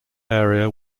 area